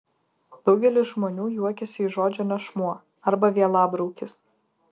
daugelis žmonių juokiasi iš žodžio nešmuo arba vielabraukis